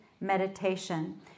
meditation